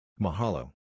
Mahalo